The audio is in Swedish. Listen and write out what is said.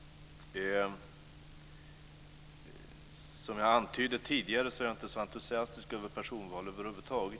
Som jag antydde tidigare är jag inte så entusiastisk över personval över huvud taget.